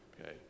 Okay